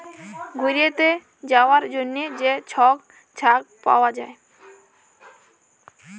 ঘ্যুইরতে যাউয়ার জ্যনহে যে ছব চ্যাক পাউয়া যায়